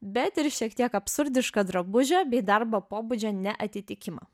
bet ir šiek tiek absurdišką drabužio bei darbo pobūdžio neatitikimą